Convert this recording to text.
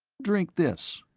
drink this.